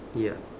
ya